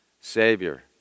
Savior